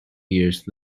years